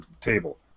table